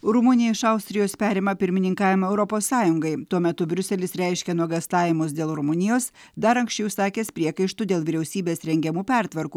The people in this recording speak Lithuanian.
rumunija iš austrijos perima pirmininkavimą europos sąjungai tuo metu briuselis reiškia nuogąstavimus dėl rumunijos dar anksčiau išsakęs priekaištų dėl vyriausybės rengiamų pertvarkų